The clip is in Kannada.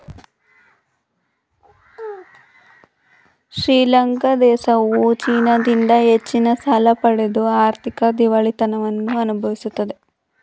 ಶ್ರೀಲಂಕಾ ದೇಶವು ಚೈನಾದಿಂದ ಹೆಚ್ಚಿನ ಸಾಲ ಪಡೆದು ಆರ್ಥಿಕ ದಿವಾಳಿತನವನ್ನು ಅನುಭವಿಸುತ್ತಿದೆ